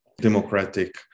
democratic